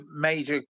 major